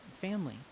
family